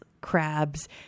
crabs